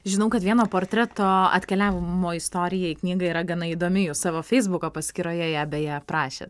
žinau kad vieno portreto atkeliavimo istorija į knygą yra gana įdomi jūs savo feisbuko paskyroje ją beje aprašėt